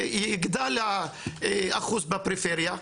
יגדל האחוז בפריפריה,